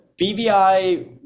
BVI